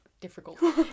Difficult